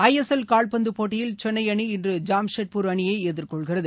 ஐ S L கால்பந்து போட்டியில் சென்னை அணி இன்று ஜாம்ஷெட்பூர் அணியை எதிர்கொள்கிறது